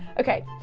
okay,